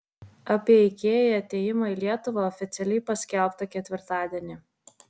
apie ikea atėjimą į lietuvą oficialiai paskelbta ketvirtadienį